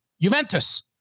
Juventus